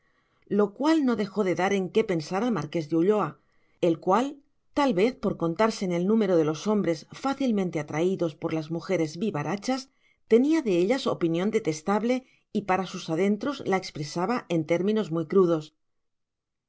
lo cual no dejó de dar en qué pensar al marqués de ulloa el cual tal vez por contarse en el número de los hombres fácilmente atraídos por las mujeres vivarachas tenía de ellas opinión detestable y para sus adentros la expresaba en términos muy crudos